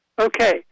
Okay